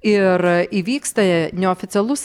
ir įvyksta neoficialus